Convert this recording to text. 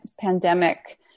pandemic